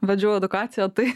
vedžiau edukaciją tai